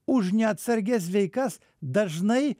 už neatsargias veikas dažnai